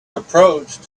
approached